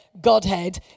godhead